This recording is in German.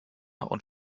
und